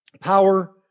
power